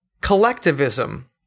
collectivism